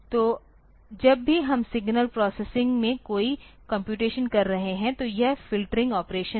तो जब भी हम सिग्नल प्रोसेसिंग में कोई कम्प्यूटेशन कर रहे हैं तो यह फ़िल्टरिंग ऑपरेशन है